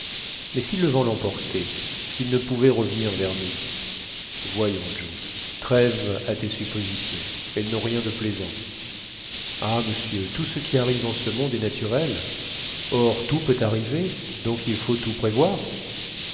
mais si le vent l'emportait s'il ne pouvait revenir vers nous voyons joe trêve à tes suppositions elles n'ont rien de plaisant ah monsieur tout ce qui arrive en ce monde est naturel or tout peut arriver donc il faut tout prévoir